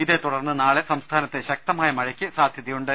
ഇതേ തുടർന്ന് നാളെ സംസ്ഥാനത്ത് ശക്തമായ മഴയ്ക്ക് സാധ്യതയുണ്ട്